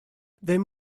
then